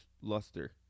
luster